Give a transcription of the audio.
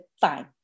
fine